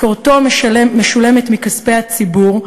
משכורתו משולמת מכספי הציבור,